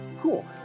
Cool